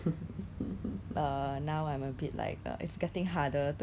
but then actually 我 measure 那个 volume is some estimate lah